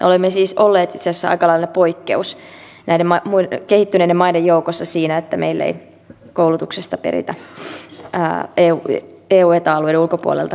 olemme siis olleet itse asiassa aika lailla poikkeus näiden kehittyneiden maiden joukossa siinä että meillä ei koulutuksesta peritä eu ja eta alueiden ulkopuoleltakaan maksuja